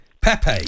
Pepe